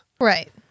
Right